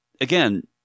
again